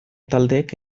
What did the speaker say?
taldeek